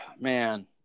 man